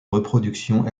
reproduction